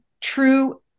True